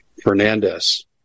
Fernandez